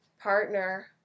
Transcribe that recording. partner